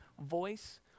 voice